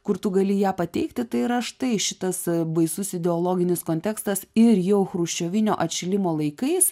kur tu gali ją pateikti tai yra štai šitas e baisus ideologinis kontekstas ir jo chruščiovinio atšilimo laikais